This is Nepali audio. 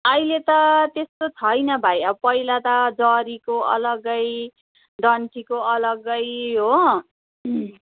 अहिले त त्यस्तो छैन भाइ अब पहिला त जरीको अलगै डन्ठीको अलगै हो